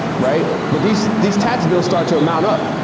right? but these these tax bills start to amount up.